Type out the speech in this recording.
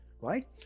right